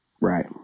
Right